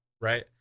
right